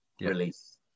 release